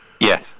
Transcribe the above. Yes